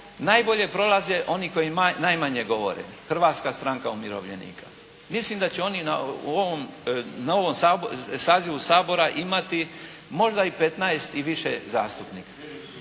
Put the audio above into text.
najbolje prolaze oni koji najmanje govore Hrvatska stranka umirovljenika. Mislim da će oni na ovom sazivu Sabora imati možda i petnaest i više zastupnika.